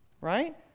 right